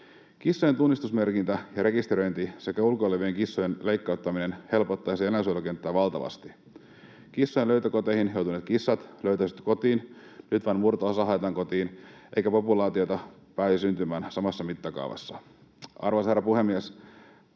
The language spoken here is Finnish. Kissojen tunnistusmerkintä ja rekisteröinti sekä ulkoilevien kissojen leikkauttaminen helpottaisivat eläinsuojelukenttää valtavasti. Kissojen löytökoteihin joutuneet kissat löytäisivät kotiin — nyt vain murto-osa haetaan kotiin — eikä populaatiota pääsisi syntymään samassa mittakaavassa. Arvoisa herra puhemies!